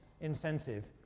incentive